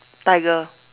tiger